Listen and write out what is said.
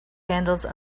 handles